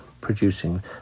producing